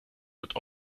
wird